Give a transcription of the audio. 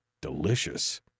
delicious